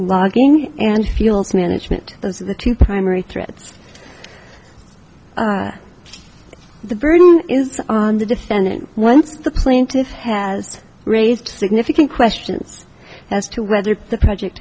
logging and fuels management those are the two primary threats the burden is on the defendant once the plaintiff has raised significant questions as to whether the project